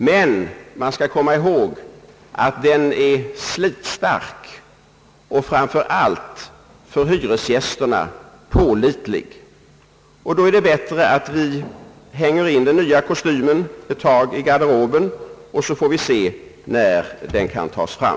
Men man skall komma ihåg att den är slitstark och framför allt för hyresgästerna pålitlig. Då är det bättre att vi hänger in den nya kostymen ett tag i garderoben, och så får vi se när den kan tas fram.